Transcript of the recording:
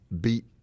beat